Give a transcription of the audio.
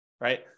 right